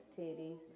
titties